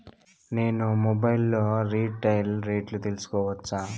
నేను మొబైల్ లో రీటైల్ రేట్లు తెలుసుకోవచ్చా?